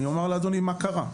אני אומר לאדוני מה קרה.